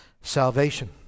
salvation